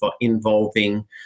involving